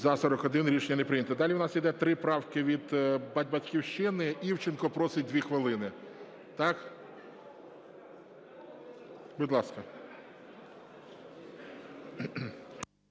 За-41 Рішення не прийнято. Далі у нас іде три правки від "Батьківщини". Івченко просить 2 хвилини. Так? Будь ласка.